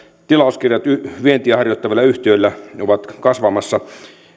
tilauskirjat vientiä harjoittavilla yhtiöillä ovat kasvamassa